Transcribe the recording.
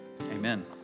amen